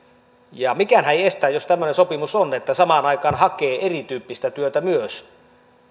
mikäänhän ei estä jos tämmöinen sopimus on että samaan aikaan hakee erityyppistä työtä myös